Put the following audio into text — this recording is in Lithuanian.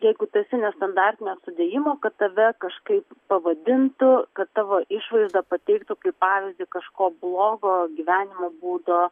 jeigu tu esi nestandartinio sudėjimo kad tave kažkaip pavadintų kad tavo išvaizdą pateiktų kaip pavyzdį kažko blogo gyvenimo būdo